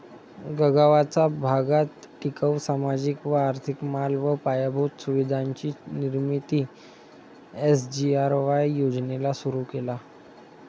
गगावाचा भागात टिकाऊ, सामाजिक व आर्थिक माल व पायाभूत सुविधांची निर्मिती एस.जी.आर.वाय योजनेला सुरु केला